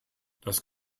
das